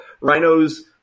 rhinos